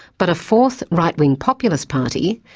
but a fourth, right-wing, populist party,